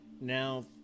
Now